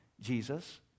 Jesus